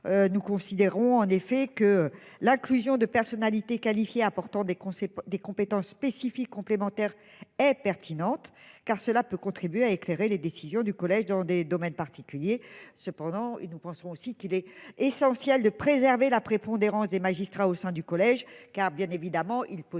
Nous considérons en effet que l'inclusion de personnalités qualifiées apportant des conseils des compétences spécifiques complémentaires est pertinente car cela peut contribuer à éclairer les décisions du collège dans des domaines particuliers. Cependant, il nous pensons aussi qu'il est essentiel de préserver la prépondérance des magistrats au sein du collège car bien évidemment, il posait